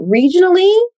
Regionally